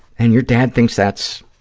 and your dad thinks that's,